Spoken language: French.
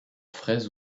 fraise